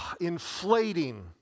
inflating